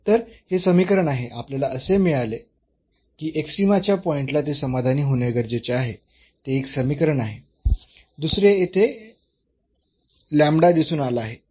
तर हे समीकरण आहे आपल्याला असे मिळाले की एक्स्ट्रीमा च्या पॉईंट ला ते समाधानी होणे गरजेचे आहे ते एक समीकरण आहे दुसरे येथे दिसून आला आहे